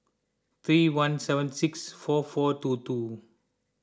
three one seven six four four two two